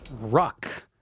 Ruck